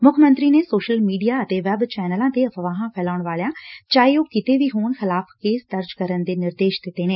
ਮੁੱਖ ਮੰਤਰੀ ਨੇ ਸੋਸ਼ਲ ਮੀਡੀਆ ਅਤੇ ਵੈੱਬ ਚੈਨਲਾ ਤੇ ਅਫ਼ਵਾਹਾ ਫੈਲਾਉਣ ਵਾਲਿਆ ਚਾਹੇ ਉਹ ਕਿਤੇ ਵੀ ਹੋਣ ਖਿਲਾਫ਼ ਕੇਸ ਦਰਜ ਕਰਨ ਦੇ ਨਿਰਦੇਸ਼ ਦਿੱਤੇ ਨੇ